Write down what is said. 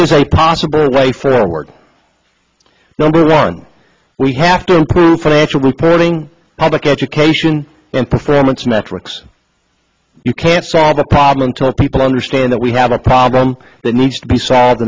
is a possible way forward number one we have to financial reporting public education and performance metrics you can't solve a problem talk people understand that we have a problem that needs to be solved